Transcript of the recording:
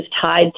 tied